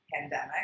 pandemic